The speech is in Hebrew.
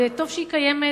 וטוב שהיא קיימת,